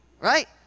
Right